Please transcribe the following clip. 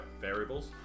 variables